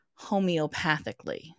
homeopathically